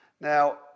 Now